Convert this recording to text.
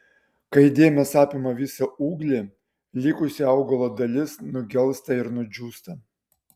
kai dėmės apima visą ūglį likusi augalo dalis nugelsta ir nudžiūsta